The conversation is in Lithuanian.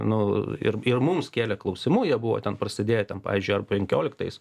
nu ir ir mums kėlė klausimų jie buvo ten prasėdėję ten pavyzdžiui ar penkioliktais